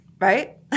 right